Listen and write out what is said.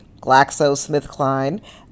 GlaxoSmithKline